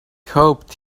hoped